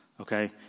Okay